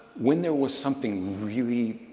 when there was something really,